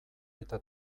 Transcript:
eta